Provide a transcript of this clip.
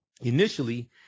Initially